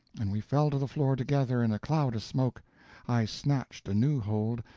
and we fell to the floor together in a cloud of smoke i snatched a new hold,